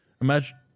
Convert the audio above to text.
imagine